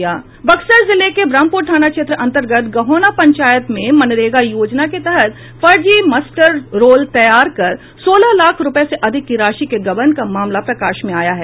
बक्सर जिले के ब्रह्मपुर थाना क्षेत्र अंतर्गत गहौना पंचायत में मनरेगा योजना के तहत फर्जी मस्टर रोल तैयार कर सोलह लाख रुपये से अधिक की राशि के गबन का मामला प्रकाश में आया है